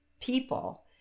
people